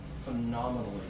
phenomenally